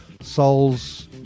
souls